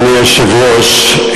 אדוני היושב-ראש,